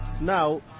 Now